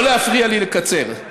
לא להפריע לי לקצר.